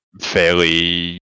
Fairly